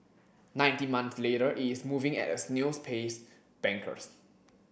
nineteen months later it's moving at a snail's pace bankers